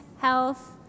health